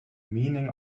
meaning